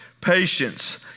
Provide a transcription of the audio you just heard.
patience